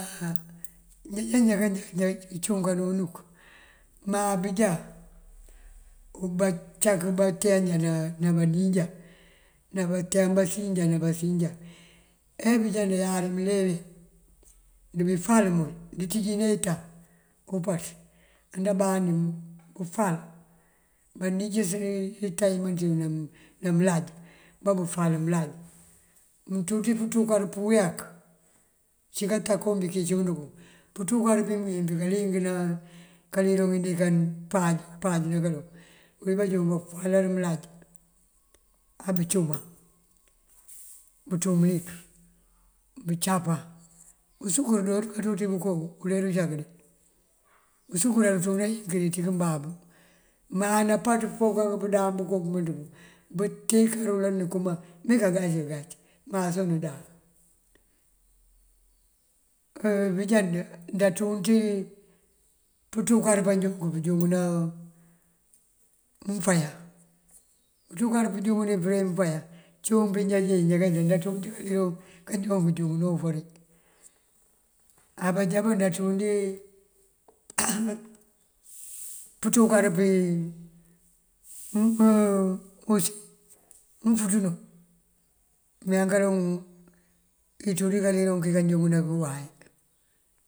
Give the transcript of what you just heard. Njá kajá njá cunkana unuk má bujá bacak bateen njá ná banín njá ná bateem basin njá ná basin njá abëjá ndayari mënlele ndëbi fal mul ndëţíji nee ita umpaţ anda bandi mënfal banijës ita imënţ yuŋ ná mënlaj babëfal mënlaj. Mënţú ţí pëţukar pëweek cíkata kom biki cund kuŋ pëţukar pí pëwín pí kaliyëng ná kaliroŋ inekan páaj páaj ná kaloŋ. Kul kí bandoon bafalar mënlaj abucuman bëţú mëlik bëcapan usukër doonaţ kaţú ţí bëko uler ucak de usukër aruţúna yinkëri ţí kënbabu. Má nampaţ pok pëdáan bëko bëmënţ buŋ bëtikan nul anëkëma dikagac këgac má soŋ nëdáan. Bëjá ndaţun ţí pëţukar pandoonk pëjúŋëna nfayan pëţukar pëjúŋëni përe mënfayan cúun pí njá jee njá kajá ndaţú ţí kaliroŋ kanjoonk këjúŋëna ufëri. Abajába ndaţún dí pëţukar pí mënfuţ unú mee kaloŋ ţú ţí kaliroŋ kí kanjúŋëna kí uway.